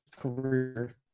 career